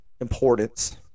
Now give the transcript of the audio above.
importance